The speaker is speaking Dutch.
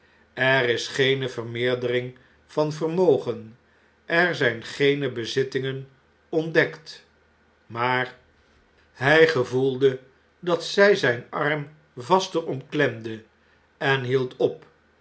er is geene vermeerdering van vermogen er zjjn geene bezittingen ontdekt maar hij gevoelde dat zjj zijn arm vaster oraklemde en hield op